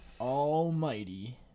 almighty